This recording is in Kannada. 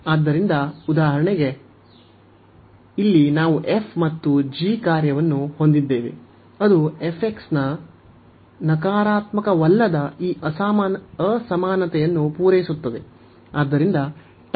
ಆದ್ದರಿಂದ ಉದಾಹರಣೆಗೆ ಇಲ್ಲಿ ನಾವು f ಮತ್ತು g ಕಾರ್ಯವನ್ನು ಹೊಂದಿದ್ದೇವೆ ಅದು f ನಕಾರಾತ್ಮಕವಲ್ಲದ ಈ ಅಸಮಾನತೆಯನ್ನು ಪೂರೈಸುತ್ತದೆ